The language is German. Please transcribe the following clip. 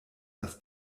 das